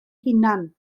hunan